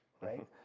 right